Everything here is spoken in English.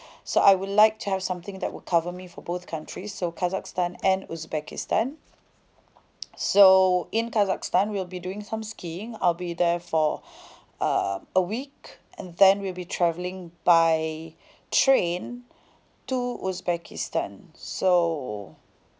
so I would like to have something that would cover me for both countries so kazakhstan and uzbekistan so in kazakhstan we'll be doing some skiing I'll be there for uh a week and then we'll be travelling by train to uzbekistan so